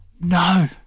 No